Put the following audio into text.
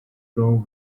rome